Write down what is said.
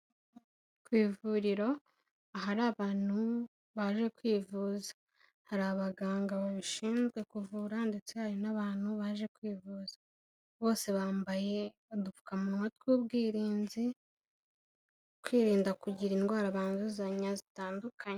Ku ivuriro ahari abantu baje kwivuza. Hari abaganga babishinzwe kuvura ndetse hari n'abantu baje kwivuza. Bose bambaye udupfukamunwa tw'ubwirinzi, kwirinda kugira indwara banduzanya zitandukanye.